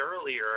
earlier